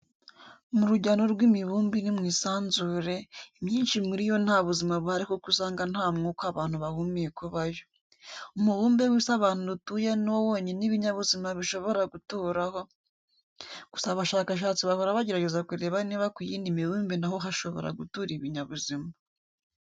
Mu rujyano rw'imibumbe iri mu isanzure, imyinshi muri yo nta buzima buhari kuko usanga nta mwuka abantu bahumeka ubayo. Umubumbe w'isi abantu dutuyeho ni wo wonyine ibinyabuzima bishobora guturaho. Gusa abashakashatsi bahora bagerageza kureba niba ku yindi mibumbe na ho hashobora gutura ibinyabuzima.